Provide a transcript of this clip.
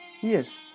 yes